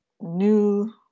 new